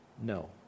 No